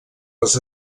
les